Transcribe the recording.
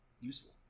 useful